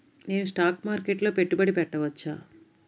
నేను స్టాక్ మార్కెట్లో పెట్టుబడి పెట్టవచ్చా?